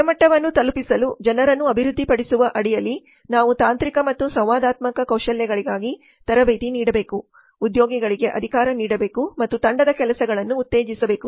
ಗುಣಮಟ್ಟವನ್ನು ತಲುಪಿಸಲು ಜನರನ್ನು ಅಭಿವೃದ್ಧಿಪಡಿಸುವ ಅಡಿಯಲ್ಲಿ ನಾವು ತಾಂತ್ರಿಕ ಮತ್ತು ಸಂವಾದಾತ್ಮಕ ಕೌಶಲ್ಯಗಳಿಗಾಗಿ ತರಬೇತಿ ನೀಡಬೇಕು ಉದ್ಯೋಗಿಗಳಿಗೆ ಅಧಿಕಾರ ನೀಡಬೇಕು ಮತ್ತು ತಂಡದ ಕೆಲಸಗಳನ್ನು ಉತ್ತೇಜಿಸಬೇಕು